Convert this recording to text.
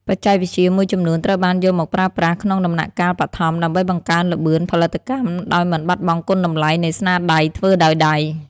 បច្ចេកវិទ្យាមួយចំនួនត្រូវបានយកមកប្រើប្រាស់ក្នុងដំណាក់កាលបឋម ដើម្បីបង្កើនល្បឿនផលិតកម្មដោយមិនបាត់បង់គុណតម្លៃនៃស្នាដៃធ្វើដោយដៃ។